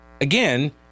again